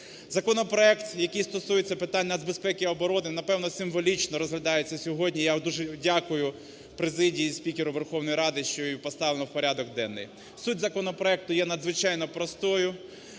Законопроект, який стосується питань нацбезпеки і оборони, напевно, символічно розглядається сьогодні. Я дуже дякую президії і спікеру Верховної Ради, що його поставлено у порядок денний. Суть законопроекту є надзвичайно простою